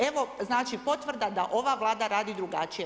Evo, znači, potvrda da ova Vlada radi drugačije.